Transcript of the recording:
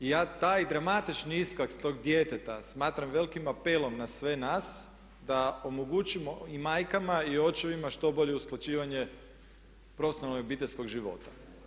I ja taj dramatični iskaz tog djeteta smatram velikim apelom na sve nas, da omogućimo i majkama i očevima što bolje usklađivanje profesionalnog i obiteljskog života.